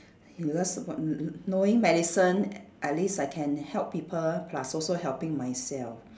because what n~ n~ knowing medicine a~ at least I can help people plus also helping myself